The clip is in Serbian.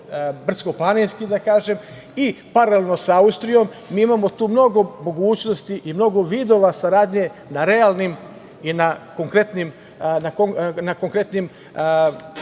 brdsko-planinski, da kažem, i paralelno sa Austrijom mi imamo tu mnogo mogućnosti i mnogo vidova saradnje na realnim i na konkretnim